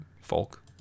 folk